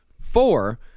Four